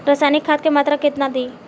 रसायनिक खाद के मात्रा केतना दी?